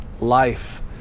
life